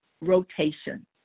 rotation